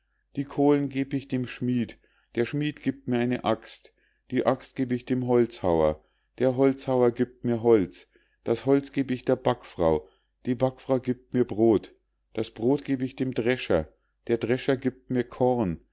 die kohlen geb ich dem schmied der schmied giebt mir ne axt die axt geb ich dem holzhauer der holzhauer giebt mir holz das holz geb ich der backfrau die backfrau giebt mir brod das brod geb ich dem drescher der drescher giebt mir korn